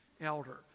Elder